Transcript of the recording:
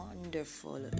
wonderful